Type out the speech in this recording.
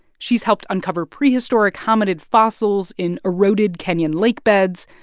she's helped uncover prehistoric hominid fossils in eroded kenyan lake beds,